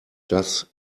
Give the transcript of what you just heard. das